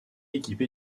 équipé